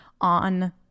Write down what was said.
on